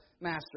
master